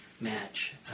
match